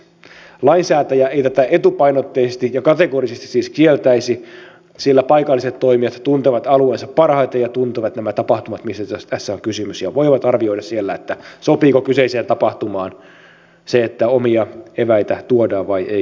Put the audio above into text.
lainsäätäjä ei tätä etupainotteisesti ja kategorisesti siis kieltäisi sillä paikalliset toimijat tuntevat alueensa parhaiten ja tuntevat nämä tapahtumat mistä tässä on kysymys ja voivat arvioida siellä sopiiko kyseiseen tapahtumaan se että omia eväitä tuodaan vai eikö sovi